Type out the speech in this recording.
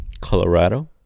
Colorado